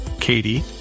Katie